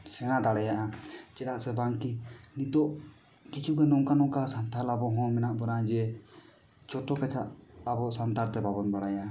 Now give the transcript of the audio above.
ᱥᱮᱬᱟ ᱫᱟᱲᱮᱭᱟᱜᱼᱟ ᱪᱮᱫᱟᱜ ᱥᱮ ᱵᱟᱝᱠᱤ ᱱᱤᱛᱚᱜ ᱠᱤᱪᱷᱩᱜᱟᱱ ᱱᱚᱝᱠᱟ ᱱᱚᱝᱠᱟ ᱥᱟᱱᱛᱷᱟᱞ ᱟᱵᱚᱦᱚᱸ ᱢᱮᱱᱟᱜ ᱵᱚᱱᱟ ᱡᱮ ᱡᱚᱛᱚ ᱠᱷᱚᱡᱟᱜ ᱟᱵᱚ ᱥᱟᱱᱛᱟᱲᱛᱮ ᱵᱟᱵᱚᱱ ᱵᱟᱲᱟᱭᱟ